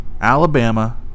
Alabama